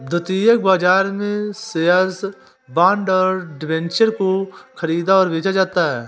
द्वितीयक बाजार में शेअर्स, बॉन्ड और डिबेंचर को ख़रीदा और बेचा जाता है